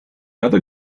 other